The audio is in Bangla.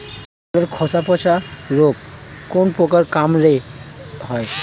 ফলের খোসা পচা রোগ কোন পোকার কামড়ে হয়?